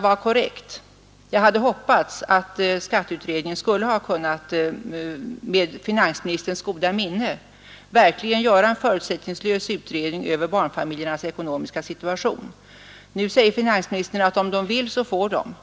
var korrekt är ju synd! Jag hade hoppats att skatteutredningen skulle ha kunnat med finansministerns goda minne verkligen göra en förutsättningslös utredning av barnfamiljernas ekonomiska situation. Nu säger finansministern att om utredningen vill så får den.